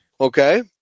Okay